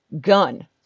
gun